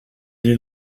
den